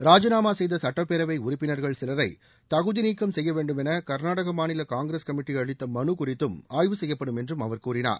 ராஜினாமா செய்த சட்டப்பேரவை உறுப்பினா்கள் சிலரை தகுதி நீக்கம் செய்ய வேண்டுமென கா்நாடக மாநில காங்கிரஸ் கமிட்டி அளித்த மனு குறித்தும் ஆய்வு செய்யப்படும் என்றும் அவர் கூறினார்